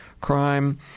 crime